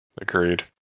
agreed